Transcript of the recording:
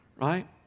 right